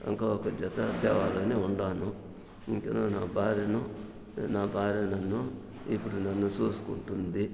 ఇంకో ఒక జత తేవాలని ఉండాను ఇంకను నా భార్యను నా భార్య నన్ను ఇప్పుడు నన్ను చూసుకుంటుంది